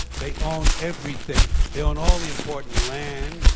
they own everything. they own all the important land,